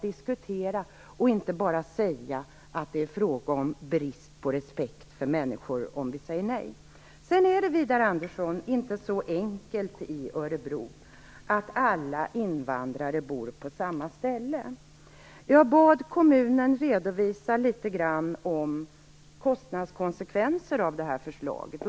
Vi får inte bara säga att det är fråga om brist på respekt för människor om vi säger nej. Det är inte så enkelt i Örebro, Widar Andersson, att alla invandrare bor på samma ställe. Jag bad kommunen redovisa några kostnadskonsekvenser av det här förslaget.